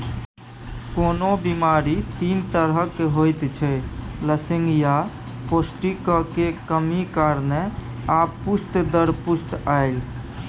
कोनो बेमारी तीन तरहक होइत छै लसेंगियाह, पौष्टिकक कमी कारणेँ आ पुस्त दर पुस्त आएल